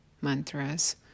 mantras